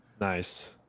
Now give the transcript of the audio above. nice